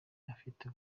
afite